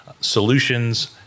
solutions